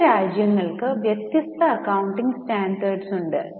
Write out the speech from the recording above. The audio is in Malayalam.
വിവിധ രാജ്യങ്ങൾക്ക് വ്യത്യസ്ത അക്കൌണ്ടിംഗ് സ്റ്റാൻഡേർഡ്സ് ഉണ്ട്